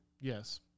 Yes